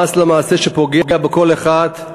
למעשה זה מס שפוגע בכל אחד,